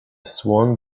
swan